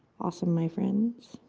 awesome my friends.